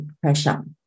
pressure